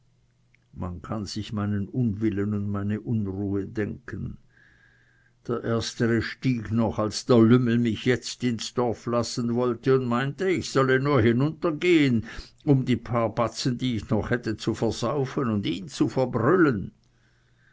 man kann sich meinen unwillen und meine unruhe denken der erstere stieg noch als der lümmel mich jetzt nicht ins dorf lassen wollte und meinte ich wollte nur hinuntergehen um die paar batzen die ich noch hatte zu versaufen und ihn zu verbrüllen